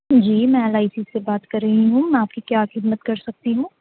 جی میں ایل آئی سی سے بات کر رہی ہوں میں آپ کی کیا خدمت کر سکتی ہوں